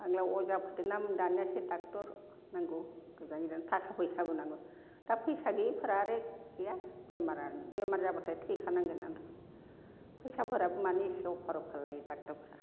मालाया अजा फोरजो नाम दानियासो ड'क्टर नांगौ गोजान गोजान थाखा फैसाबो नांगौ दा फैसा गैयिफोरा आरो गैया बेमार बेमार जाब्लाथाय थैखा नांगोन आनो फैसाफोराबो मानो एफा अभार अभार लायो ड'क्टरफ्रा